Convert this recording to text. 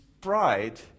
pride